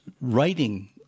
writing